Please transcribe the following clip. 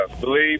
believe